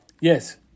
Yes